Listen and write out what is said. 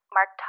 Mark